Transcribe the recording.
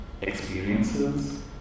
experiences